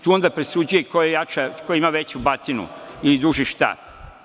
Tu onda presuđuje ko ima veću batinu ili duži štap.